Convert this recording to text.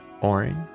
orange